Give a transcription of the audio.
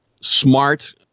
smart